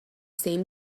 same